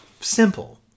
Simple